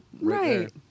Right